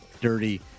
dirty